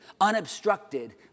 unobstructed